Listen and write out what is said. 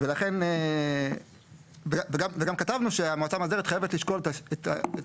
וגם כתבנו שהמועצה המאסדרת חייבת לשקול את האינטרס